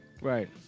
Right